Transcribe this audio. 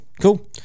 cool